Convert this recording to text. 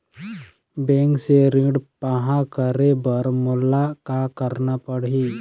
Bank से ऋण पाहां करे बर मोला का करना पड़ही?